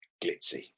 glitzy